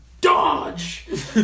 Dodge